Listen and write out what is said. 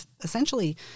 essentially